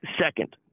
second